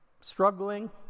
struggling